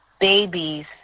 babies